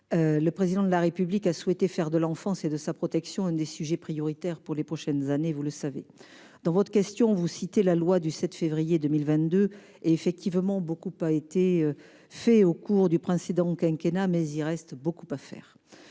le Président de la République a souhaité faire de l'enfance et de sa protection un des sujets prioritaires pour les prochaines années. Dans votre question, vous avez cité la loi du 7 février 2022 : si bien des choses ont été faites au cours du précédent quinquennat, il reste encore beaucoup à faire.